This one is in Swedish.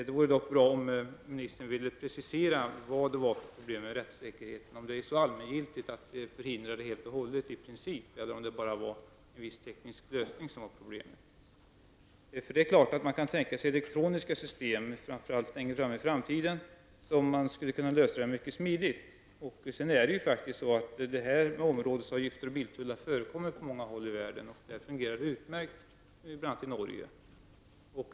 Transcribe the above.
Det vore bra om kommunikationsministern kunde precisera vilka problem det fanns med rättssäkerheten, om de är så allmängiltiga att de i princip helt och hållet förhindrar biltullar eller om det bara var en viss teknisk lösning som var problemet. Man kan i framtiden tänka sig elektroniska system, framför allt längre fram, och man skulle kunna lösa problemen mycket smidigt. Områdesavgifter och biltullar förekommer på många håll i världen, och där fungerar det utmärkt, bl.a. i Norge.